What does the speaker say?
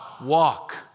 walk